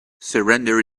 surrender